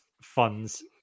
funds